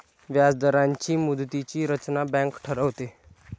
व्याजदरांची मुदतीची रचना बँक ठरवते